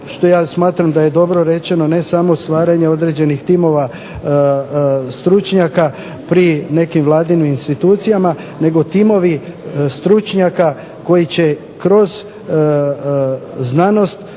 što ja smatram da je dobro rečeno ne samo stvaranja određenih timova stručnjaka pri nekim vladinim institucijama, nego timovi stručnjaka koji će kroz znanost,